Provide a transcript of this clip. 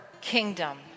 kingdom